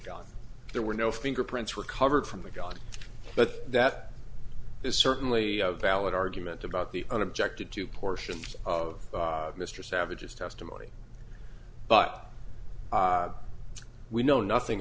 gun there were no fingerprints recovered from the god but that is certainly a valid argument about the unobjective two portions of mr savages testimony but we know nothing